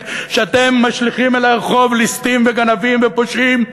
שאתם משליכים אל הרחוב ליסטים וגנבים ופושעים,